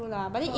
sure